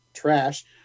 Trash